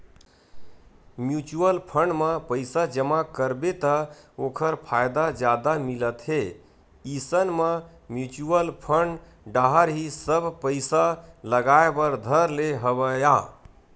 mutual fund म पइसा जमा करबे त ओखर फायदा जादा मिलत हे इसन म म्युचुअल फंड डाहर ही सब पइसा लगाय बर धर ले हवया